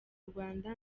rwanda